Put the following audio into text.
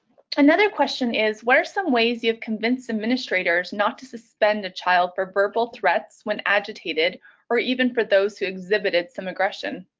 another question. what are some ways you have convinced administrators not to suspend a child for verbal threats when agitated or even for those who exhibited some aggression?